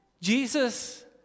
Jesus